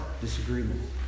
disagreement